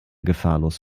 gefahrlos